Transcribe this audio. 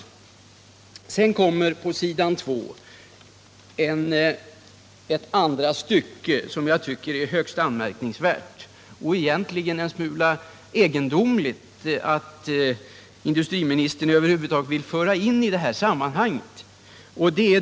På s. 2 kommer ett andra stycke som jag tycker är högst anmärkningsvärt. Det är egentligen en smula egendomligt att industriministern över huvud taget vill föra in det i detta sammanhang.